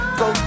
go